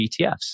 ETFs